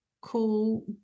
cool